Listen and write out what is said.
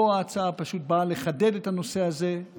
פה ההצעה פשוט באה לחדד את הנושא הזה,